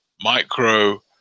micro